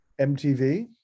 MTV